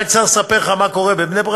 אני צריך לספר לך מה קורה בבני-ברק?